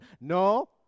No